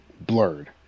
blurred